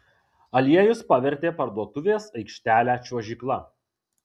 aliejus pavertė parduotuvės aikštelę čiuožykla